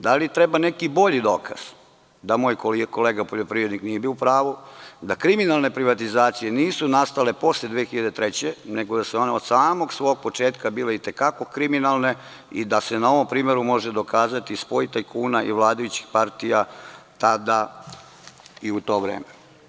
Da li treba neki bolji dokaz da moj kolega poljoprivrednik nije bio u pravu, da kriminalne privatizacije nisu nastale posle 2003. godine, nego da su one od samog svog početka bile i te kako kriminalne i da se na ovom primeru može dokazati spoj tajkuna i vladajućih partija tada i u to vreme?